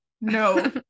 no